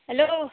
hello